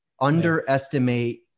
underestimate